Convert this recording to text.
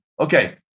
okay